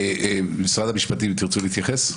משרד המשפטים, תרצו להתייחס?